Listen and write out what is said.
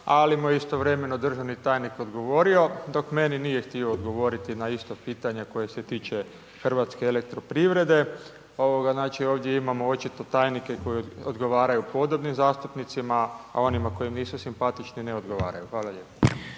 ali mu je istovremeno državni tajnik odgovorio, dok meni nije htio odgovoriti na isto pitanje koje se tiče HEP-a. Znači ovdje imamo očito tajnike koji odgovaraju podobnim zastupnicima, a onima koji nisu simpatični ne odgovaraju. Hvala lijepo.